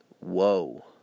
whoa